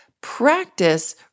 practice